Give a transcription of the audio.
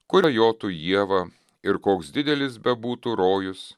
kur jotų ieva ir koks didelis bebūtų rojus